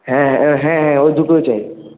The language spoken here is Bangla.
হ্যাঁ হ্যাঁ ওই দুটোই চাই